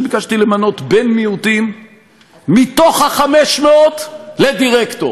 אני ביקשתי למנות בן מיעוטים מתוך ה-500 לדירקטור,